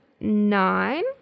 nine